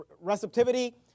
receptivity